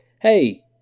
hey